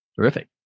Terrific